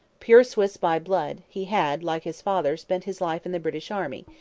pure swiss by blood, he had, like his father, spent his life in the british army,